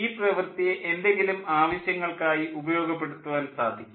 ഈ പ്രവൃത്തിയെ എന്തെങ്കിലും ആവശ്യങ്ങൾക്കായി ഉപയോഗപ്പെടുത്തുവാൻ സാധിക്കും